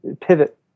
pivot